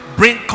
bring